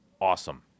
awesome